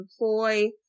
employ